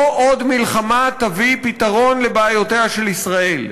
לא עוד מלחמה תביא פתרון לבעיותיה של ישראל.